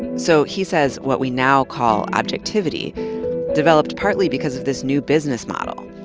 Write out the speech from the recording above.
so he says what we now call objectivity developed partly because of this new business model.